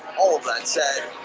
all of that said,